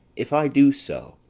if i do so,